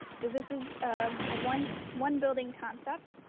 so this is a one one building concept,